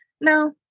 no